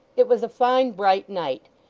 it was a fine bright night,